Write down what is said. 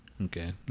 Okay